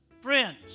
friends